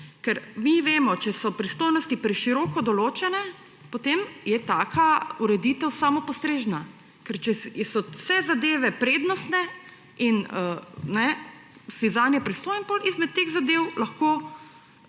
Ker mi vemo, če so pristojnosti preširoko določene, potem je taka ureditev samopostrežna. Če so vse zadeve prednostne in si zanje pristojen, potem med temi zadevami lahko